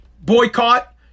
Boycott